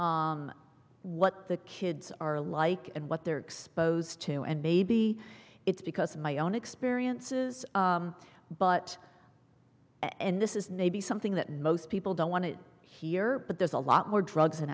what the kids are like and what they're exposed to and maybe it's because of my own experiences but this is nabi something that most people don't want to hear but there's a lot more drugs and